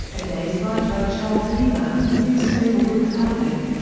a day's ride by charles lever, lose favour with the public.